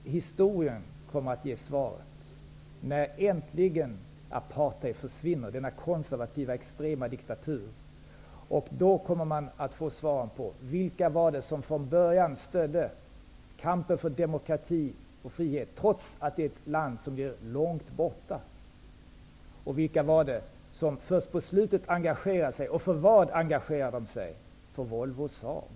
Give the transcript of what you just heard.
Historien kommer att ge svaret, när apartheid, denna konservativa extrema diktatur, äntligen försvinner. Då kommer man att få svar på vilka det var som från början stödde kampen för demokrati och frihet, trots att det handlar om ett land långt borta. Vilka var det som först på slutet engagerade sig? För vad engagerade de sig? Jo, för Volvo och Saab.